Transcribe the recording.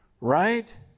right